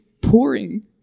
pouring